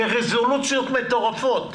ברזולוציות מטורפות.